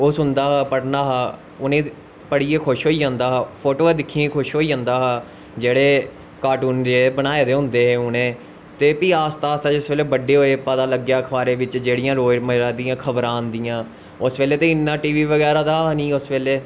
ओह् पढ़दा हा उनेंगी पढ़ियै खुश होई जंदा हा फोटोआं दिक्खियै खुश होई जेदा हा जेह्ड़े कार्टून जेह् बनाए दे होंदे हे उनें ते फ्ही आस्ता आस्ता जिसलै बड्डे होए पता लग्गेआ रोज़ जेह्ड़ि खबरां आंदियां यां उस बेल्ले इन्ना टी वी बगैरा एहा नी हा